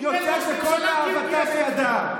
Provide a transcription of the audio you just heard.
ההוא נהיה ראש הממשלה,